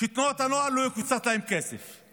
שלא יקוצץ כסף לתנועות הנוער.